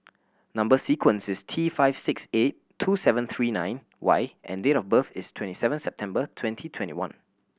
number sequence is T five six eight two seven three nine Y and date of birth is twenty seven September twenty twenty one